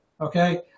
Okay